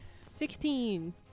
Sixteen